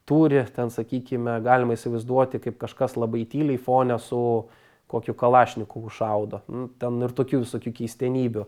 turi ten sakykime galima įsivaizduoti kaip kažkas labai tyliai fone su kokiu kalašnikovu šaudo ten ir tokių visokių keistenybių